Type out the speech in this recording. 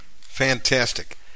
Fantastic